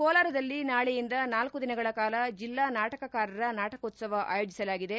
ಕೋಲಾರದಲ್ಲಿ ನಾಳೆಯಿಂದ ನಾಲ್ಲು ದಿನಗಳ ಕಾಲ ಜಿಲ್ಲಾ ನಾಟಕಕಾರರ ನಾಟಕೋತ್ಸವ ಆಯೋಜಿಸಲಾಗಿದೆ